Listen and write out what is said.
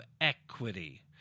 equity